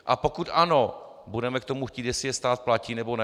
A pokud ano, budeme k tomu chtít, jestli je stát platí, nebo ne?